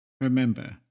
Remember